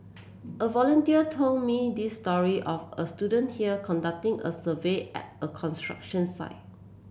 a volunteer told me this story of a student here conducting a survey at a construction site